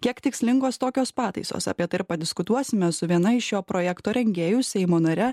kiek tikslingos tokios pataisos apie tai ir padiskutuosime su viena iš šio projekto rengėjų seimo nare